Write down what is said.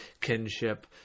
kinship